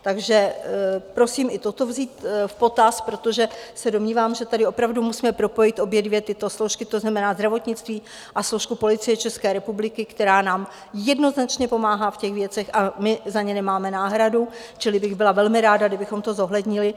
Takže prosím i toto vzít v potaz, protože se domnívám, že tady opravdu musíme propojit obě dvě tyto složky, to znamená zdravotnictví a složku Policie České republiky, která nám jednoznačně pomáhá v těch věcech, a my za ně nemáme náhradu, čili bych byla velmi ráda, kdybychom to zohlednili.